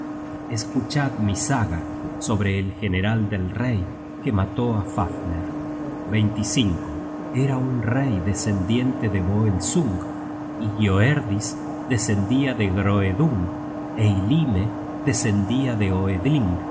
escuchad mi saga sobre el general del rey que mató á fafner era un rey descendiente de voelsung y hioerdis descendia de hroedung eylime descendia de oedling